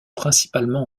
principalement